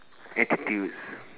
attitudes